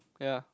ya